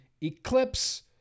Eclipse